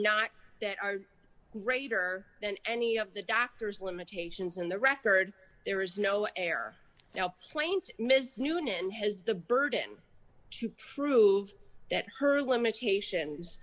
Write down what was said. not that are greater than any of the doctor's limitations in the record there is no air now plaint ms noonan has the burden to prove that her limitations